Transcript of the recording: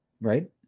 Right